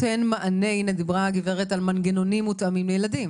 דיברה הגברת על מנגנונים מותאמים לילדים.